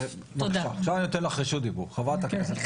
עכשיו אני נותן לך רשות דיבור, חה"כ מיכל רוזין.